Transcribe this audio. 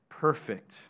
Perfect